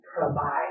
provide